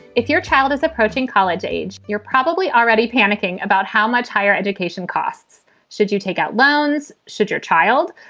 if your child is approaching college age, you're probably already panicking about how much higher education costs should you take out loans. should your child.